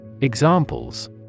Examples